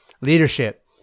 leadership